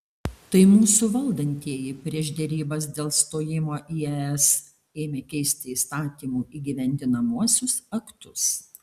tai mūsų valdantieji prieš derybas dėl stojimo į es ėmė keisti įstatymų įgyvendinamuosius aktus